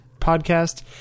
podcast